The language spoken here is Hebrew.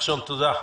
נחשון, תודה.